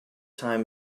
time